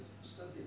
studied